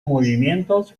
movimientos